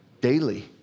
Daily